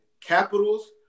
Capitals